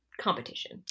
competition